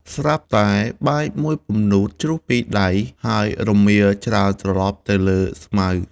ស្រាប់តែបាយមួយពំនូតជ្រុះពីដៃ ហើយរមៀលច្រើនត្រលប់នៅលើស្មៅ ។